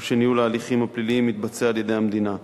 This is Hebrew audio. היא שניהול ההליכים הפליליים מתבצע על-ידי המדינה.